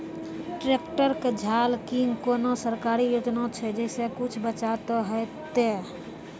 Tractor के झाल किंग कोनो सरकारी योजना छ जैसा कुछ बचा तो है ते?